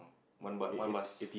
one but why must